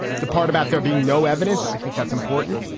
the part about there being no evidence, i think that's important.